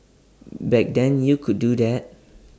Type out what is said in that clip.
back then you could do that